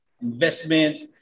Investments